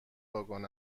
واگن